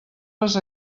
les